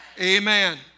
Amen